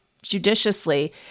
judiciously